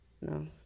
no